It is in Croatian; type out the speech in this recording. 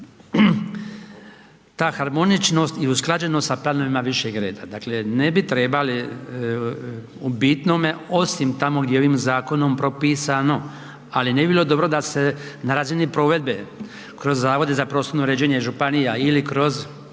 ta harmoničnost i usklađenost sa planovima višeg reda. Dakle, ne bi trebali u bitnome osim tamo gdje je ovim zakonom propisano, ali ne bi bilo dobro da se na razini provedbe kroz zavode za prostorno uređenje županija ili kroz